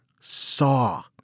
saw